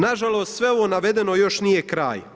Nažalost, sve ovo navedeno još nije kraj.